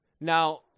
Now